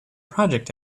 project